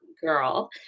girl